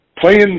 Playing